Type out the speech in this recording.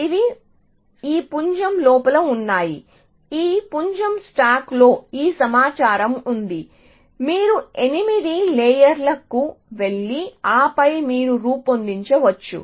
ఇవి ఈ పుంజం లోపల ఉన్నాయి ఆ పుంజం స్టాక్లో ఈ సమాచారం ఉంది మీరు ఎనిమిది లేయర్ ల కు వెళ్లి ఆపై మీరు రూపొందించవచ్చు